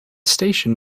station